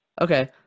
Okay